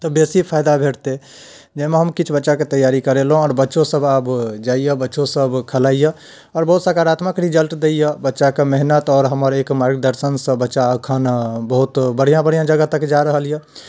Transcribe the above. तऽ बेसी फायदा भेटतै जाहिमे हम किछु बच्चाके तैआरी करेलहुँ आओर बच्चो सभ आब जाइए बच्चो सभ खेलाइए आओर बहुत सकारात्मक रिजल्ट दै यऽ बच्चा कऽ मेहनत आओर हमर एक मार्गदर्शनसँ बच्चा एखन बहुत बढ़िआँ बढ़िआँ जगह तक जाय रहल यऽ